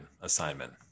assignment